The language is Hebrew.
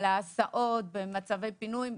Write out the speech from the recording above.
על ההסעות במצבי פינוי,